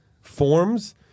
forms